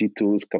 G2s